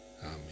Amen